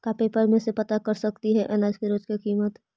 का पेपर में से पता कर सकती है अनाज के रोज के किमत?